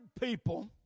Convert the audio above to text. people